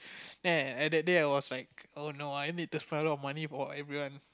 then at the day I was like oh no I need to fund out money for everyone